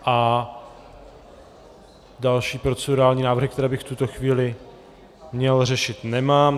A další procedurální návrhy, které bych v tuto chvíli měl řešit, nemám.